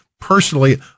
personally